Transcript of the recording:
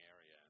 area